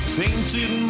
painted